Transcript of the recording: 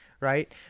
Right